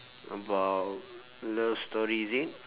about love story is it